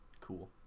Cool